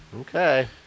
Okay